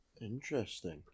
Interesting